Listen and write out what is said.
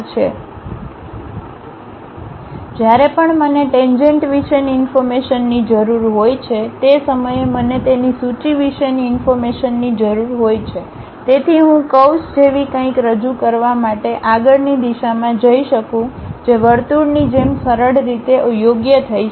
તેથી જ્યારે પણ મને ટેન્જેન્ટ વિશેની ઇન્ફોર્મેશનની જરૂર હોય છે તે સમયે મને તેની સૂચિ વિશેની ઇન્ફોર્મેશનની જરૂર હોય છે જેથી હું કર્વ્સ જેવી કંઈક રજૂ કરવા માટે આગળની દિશામાં જઈ શકું જે વર્તુળની જેમ સરળ રીતે યોગ્ય થઈ શકે